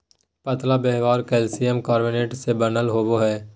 पतला बाह्यस्तर calcium carbonate के बनल होबो हइ